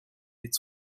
its